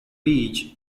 beach